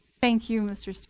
thank you, mr. so